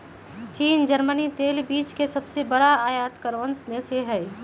चीन जर्मनी तेल बीज के सबसे बड़ा आयतकरवन में से हई